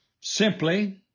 simply